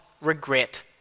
regret